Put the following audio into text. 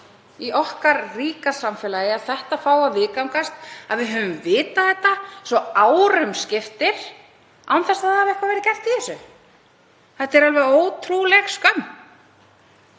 í okkar ríka samfélagi að slíkt fái að viðgangast, að við höfum vitað þetta svo árum skiptir án þess að eitthvað hafi verið gert í því. Þetta er alveg ótrúleg skömm.